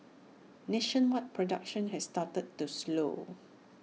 nationwide production has started to slow